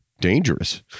dangerous